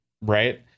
right